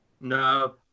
No